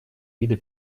вида